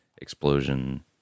Explosion